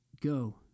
Go